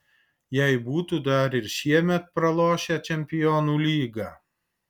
jei būtų dar ir šiemet pralošę čempionų lygą